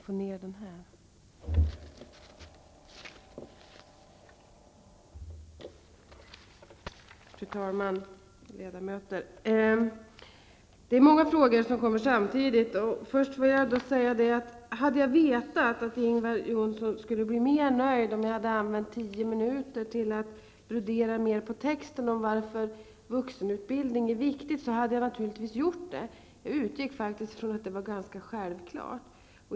Fru talman! Hade jag vetat att Ingvar Johnsson skulle ha blivit mer nöjd om jag hade använt tio minuter till att brodera ut texten om varför vuxenutbildning är viktig, skulle jag naturligtvis ha gjort det. Jag utgick faktiskt från att det var någonting ganska självklart.